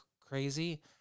crazy